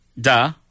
Da